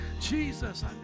Jesus